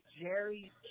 Jerry